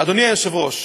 אדוני היושב-ראש,